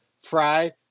Fry